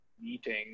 meeting